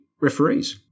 referees